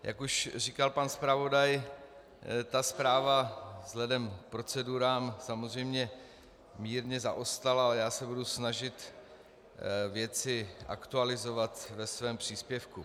Jak už říkal pan zpravodaj, ta zpráva vzhledem k procedurám samozřejmě mírně zaostala, já se budu snažit věci aktualizovat ve svém příspěvku.